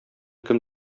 кем